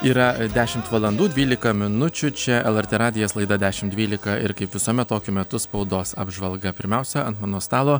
yra dešimt valandų dvylika minučių čia lrt radijas laida dešim dvylika ir kaip visuomet tokiu metu spaudos apžvalga pirmiausia ant mano stalo